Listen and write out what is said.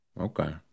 okay